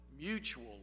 mutual